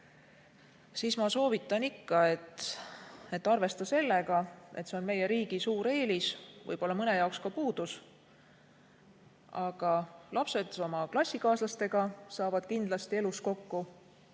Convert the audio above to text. siis ma soovitan ikka nii: arvesta sellega, et see on meie riigi suur eelis, ent võib-olla mõne jaoks ka puudus. Aga lapsed oma klassikaaslastega saavad kindlasti elus kokku,